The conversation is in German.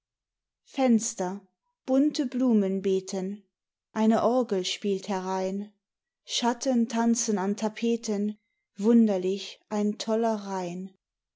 fenster bunte blumenbeeten eine orgel spielt herein schatten tanzen an tapeten wunderlich ein toller reihn